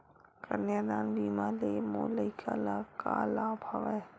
कन्यादान बीमा ले मोर लइका ल का लाभ हवय?